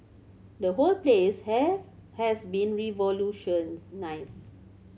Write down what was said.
the whole place have has been revolutionised